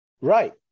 right